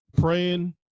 praying